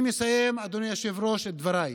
אני מסיים, אדוני היושב-ראש, את דבריי.